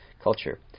Culture